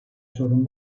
sorun